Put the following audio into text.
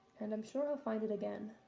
and i'm sure i'll find it again